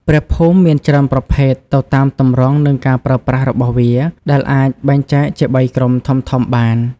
ព្រះភូមិមានច្រើនប្រភេទទៅតាមទម្រង់និងការប្រើប្រាស់របស់វា ដែលអាចបែងចែកជាបីក្រុមធំៗបាន។